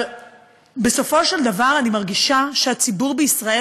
אבל בסופו של דבר אני מרגישה שהציבור בישראל